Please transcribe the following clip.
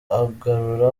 agarura